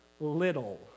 little